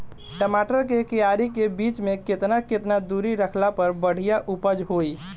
टमाटर के क्यारी के बीच मे केतना केतना दूरी रखला पर बढ़िया उपज होई?